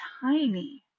tiny